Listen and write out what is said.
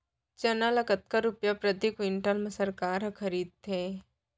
चना ल कतका रुपिया प्रति क्विंटल म सरकार ह खरीदथे?